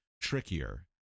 trickier